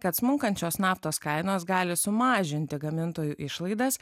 kad smunkančios naftos kainos gali sumažinti gamintojų išlaidas